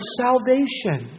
salvation